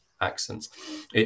accents